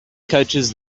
coaches